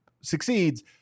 succeeds